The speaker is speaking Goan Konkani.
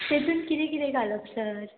तेतून किदें किदें घालप सर